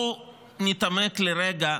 בואו נתעמת לרגע,